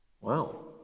wow